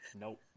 Nope